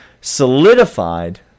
solidified